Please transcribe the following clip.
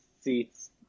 seats